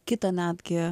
kitą netgi